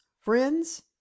friends